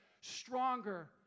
stronger